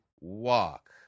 walk